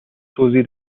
توضیح